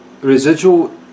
residual